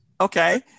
Okay